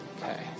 Okay